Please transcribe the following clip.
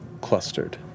clustered